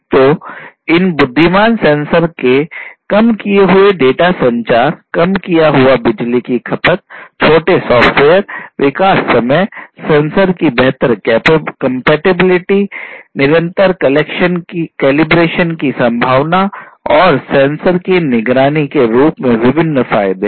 तो इन बुद्धिमान सेंसर के कम किए हुए डेटा संचार कम किया हुआ बिजली की खपत छोटे सॉफ्टवेयर विकास समय सेंसर की बेहतर कंपैटिबिलिटी निरंतर कैलिब्रेशन की संभावना और सेंसर की निगरानी के रूप में विभिन्न फायदे है